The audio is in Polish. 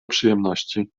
przyjemności